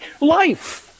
life